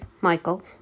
Michael